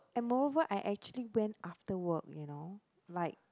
and moreover I actually went after work you know like